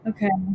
Okay